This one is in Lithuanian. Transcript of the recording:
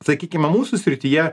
sakykime mūsų srityje